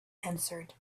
answered